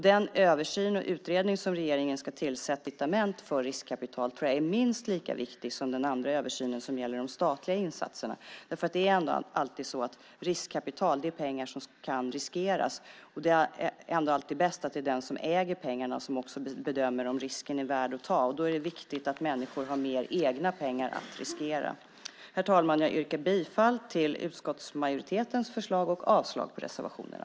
Den översyn och utredning som regeringen ska tillsätta när det gäller skatteincitament för riskkapital tror jag är minst lika viktig som den andra översynen som gäller de statliga insatserna. Det är ändå alltid så att riskkapital är kapital som kan riskeras, och det är ändå alltid bäst att det är den som äger pengarna som också bedömer om risken är värd att ta. Det är viktigt att människor har mer egna pengar att riskera. Herr talman! Jag yrkar bifall till majoritetens förslag och avslag på reservationerna.